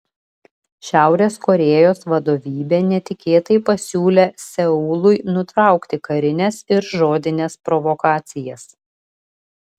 šiaurės korėjos vadovybė netikėtai pasiūlė seului nutraukti karines ir žodines provokacijas